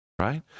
right